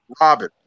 Robin